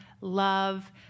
love